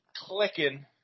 clicking